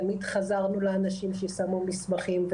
תמיד חזרנו לאנשים ששמו מסמכים,